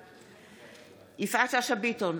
בעד יפעת שאשא ביטון,